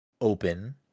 open